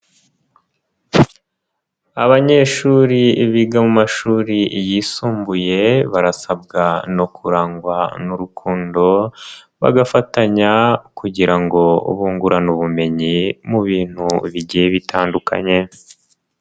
Abanyeshuri biga mu mashuri yisumbuye barasabwa no kurangwa n'urukundo, bagafatanya kugira ngo bungurane ubumenyi mu bintu bigiye bitandukanye.